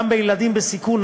גם בילדים בסיכון.